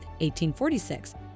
1846